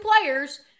players